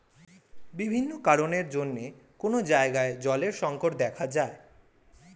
বিভিন্ন কারণের জন্যে কোন জায়গায় জলের সংকট দেখা যায়